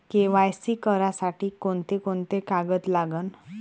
KYC करासाठी कोंते कोंते कागद लागन?